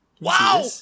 Wow